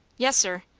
yes, sir.